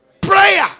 prayer